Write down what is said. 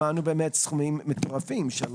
שמענו סכומים מטורפים של